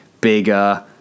bigger